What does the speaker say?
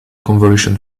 convolution